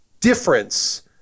difference